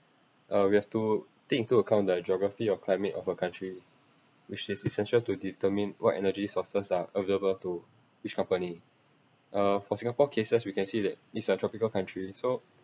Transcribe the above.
uh we have to take into account the geography or climate of a country which is essential to determine what energy sources are available to which company uh for singapore cases we can see that it's a tropical country so